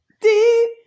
deep